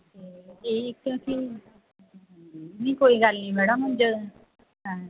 ਅਤੇ ਇਹ ਹੀ ਇਕ ਅਸੀ ਹਾਜੀਂ ਨਹੀਂ ਕੋਈ ਗੱਲ ਨਹੀਂ ਮੈਡਮ ਹੁਣ ਜ ਹਾਂ